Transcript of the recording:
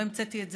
לא המצאתי את זה,